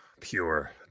pure